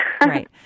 Right